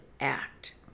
act